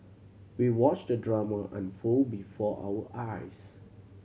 we watched the drama unfold before our eyes